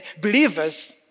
believers